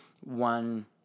one